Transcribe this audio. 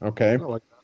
Okay